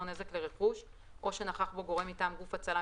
או נזק לרכוש או שנכח בו גורם מטעם גוף הצלה,